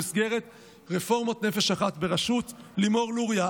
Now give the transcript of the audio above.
במסגרת רפורמת נפש אחת בראשות לימור לוריא,